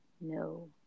No